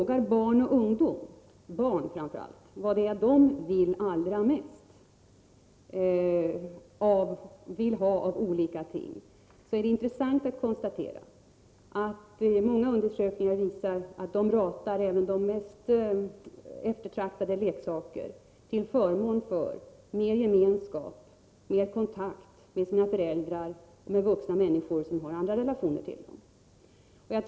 Man har vid olika undersökningar frågat barn vad det är de allra helst vill ha av olika ting. Det har visat sig att de ratar även de mest eftertraktade leksaker till förmån för mer gemenskap, kontakt med sina föräldrar och kontakt med vuxna människor som har andra relationer till dem.